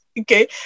Okay